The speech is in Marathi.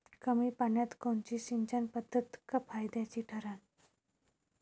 कमी पान्यात कोनची सिंचन पद्धत फायद्याची ठरन?